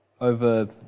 over